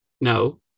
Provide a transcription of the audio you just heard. No